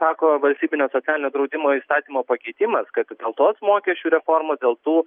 sako valstybinio socialinio draudimo įstatymo pakeitimas kad dėl tos mokesčių reformo dėl tų